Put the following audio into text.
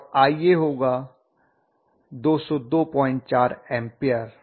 और Ia होगा 2024 ampere